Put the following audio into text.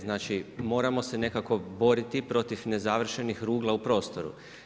Znači moramo se nekako boriti protiv nezavršenih rugla u prostoru.